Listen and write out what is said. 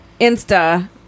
Insta